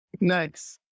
Nice